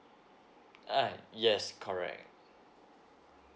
uh yes correct